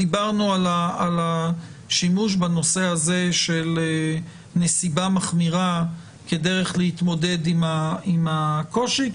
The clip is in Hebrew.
דיברנו על השימוש בנושא של נסיבה מחמירה כדרך להתמודד עם הקושי הזה.